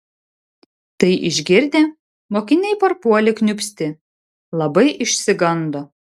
tai išgirdę mokiniai parpuolė kniūpsti labai išsigando